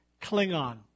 Klingon